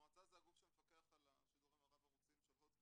המועצה זה הגוף שמפקח על השידורים הרב-ערוציים של הוט ויס.